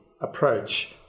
approach